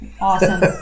Awesome